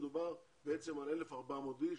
ומדובר בעצם 1,400 איש